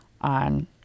on